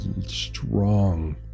strong